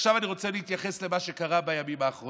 ועכשיו אני רוצה להתייחס למה שקרה בימים האחרונים.